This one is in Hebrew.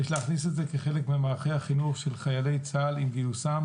יש להכניס את זה כחלק ממערכי החינוך של חיילי צה"ל עם גיוסם